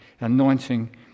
anointing